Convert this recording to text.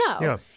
No